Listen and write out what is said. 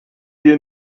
hier